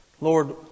Lord